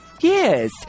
yes